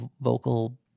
vocal